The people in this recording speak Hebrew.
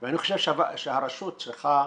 ואני חושב שהרשות צריכה,